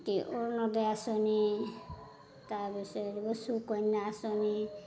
অৰুণোদয় আঁচনি তাৰ পিছত চুকন্যা আঁচনি